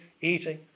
eating